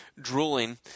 Drooling